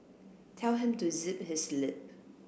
tell him to zip his lip